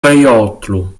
peyotlu